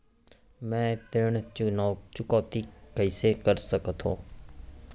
मैं ऋण चुकौती कइसे कर सकथव?